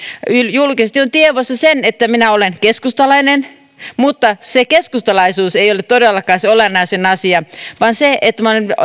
julkisesti on tiedossa se että minä olen keskustalainen mutta se keskustalaisuus ei ole todellakaan se olennaisin asia vaan se että minä olen